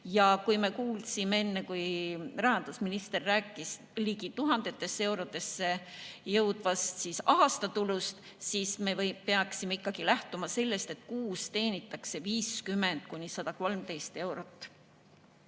Kui me kuulsime enne, et rahandusminister rääkis tuhandetesse eurodesse jõudvast aastatulust, siis me peaksime ikkagi lähtuma sellest, et kuus teenitakse 50–113 eurot.